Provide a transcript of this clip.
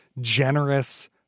generous